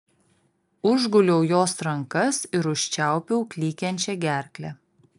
užguliau jos rankas ir užčiaupiau klykiančią gerklę